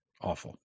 awful